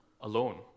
alone